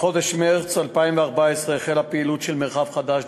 בחודש מרס 2014 החלה פעילותו של מרחב חדש,